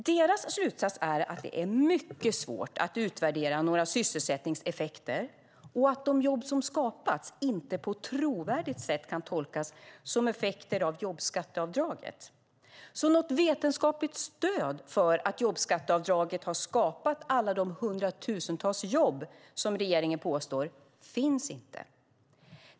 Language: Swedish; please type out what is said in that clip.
Deras slutsats är att det är mycket svårt att utvärdera några sysselsättningseffekter och att de jobb som skapats inte på ett trovärdigt sätt kan tolkas som effekter av jobbskatteavdraget. Något vetenskapligt stöd för att jobbskatteavdraget har skapat alla de hundratusentals jobb som regeringen påstår finns alltså inte.